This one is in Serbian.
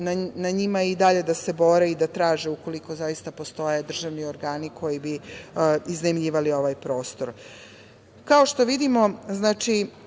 na njima je i dalje da se bore i da traže, ukoliko zaista postoje državni organi koji bi iznajmljivali ovaj prostor. Kao što vidimo, rashodi